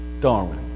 Darwin